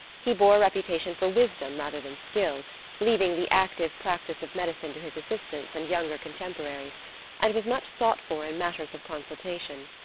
he bore a reputation for wisdom rather than skill leaving the active practice of medicine to his assistants and younger contemporaries and was much sought for in matters of consultation.